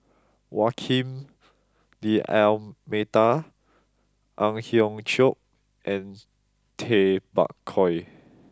Joaquim D'almeida Ang Hiong Chiok and Tay Bak Koi